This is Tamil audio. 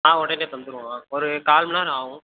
ஆ உடனே தந்துருவோம் ஒரு கால்மண்நேரம் ஆகும்